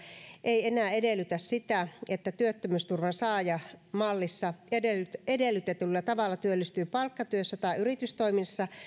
ei enää edellytä sitä että työttömyysturvan saaja mallissa edellytetyllä edellytetyllä tavalla työllistyy palkkatyössä tai yritystoimissa